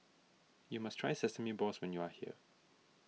you must try Sesame Balls when you are here